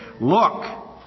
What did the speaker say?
Look